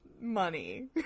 money